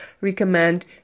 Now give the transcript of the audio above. recommend